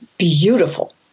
beautiful